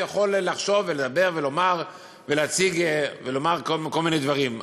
הוא יכול לחשוב ולדבר להציג ולומר כל מיני דברים.